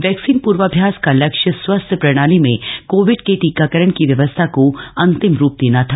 vaccine पूर्वाभ्यास का लक्ष्य स्वस्थ्य प्रणाली में कोविड के टीकाकरण की व्यवस्था को अंतिम रूप देना था